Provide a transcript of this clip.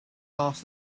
asked